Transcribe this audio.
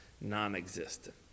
non-existent